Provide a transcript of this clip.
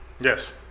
Yes